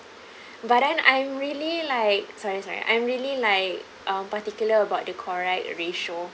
but then I'm really like sorry sorry I'm really like um particular about the correct ratio